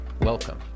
welcome